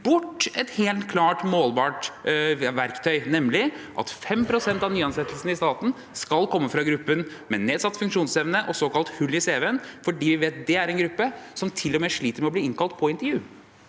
bort et helt klart målbart verktøy, nemlig at 5 pst. av nyansettelsene i staten skal komme fra gruppen med nedsatt funksjonsevne og gruppen med såkalt hull i cven? For vi vet det er grupper som til og med sliter med å bli innkalt på intervju.